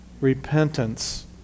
repentance